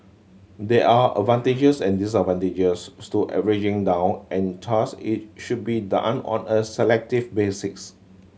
there are advantages and disadvantages to averaging down and thus it should be done on a selective basics